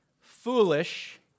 foolish